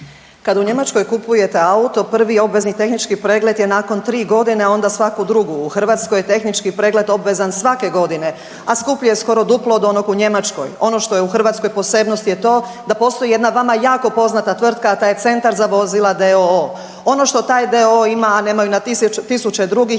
Kad u Njemačkoj kupujete auto, prvi obvezni tehnički pregled je nakon 3 godine, a onda svaku drugu. U Hrvatskoj je tehnički pregled obvezan svake godine, a skuplji je skoro duplo od onog u Njemačkoj. Ono što je u Hrvatskoj posebnost je to da postoji jedna vama jako poznata tvrtka, a ta je Centar za vozila d.o.o. Ono što taj d.o.o. ima, a nema na tisuće drugih